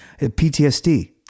PTSD